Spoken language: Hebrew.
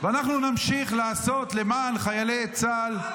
ואנחנו נמשיך לעשות למען חיילי צה"ל.